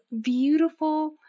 beautiful